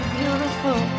beautiful